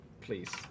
Please